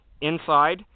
inside